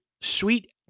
sweet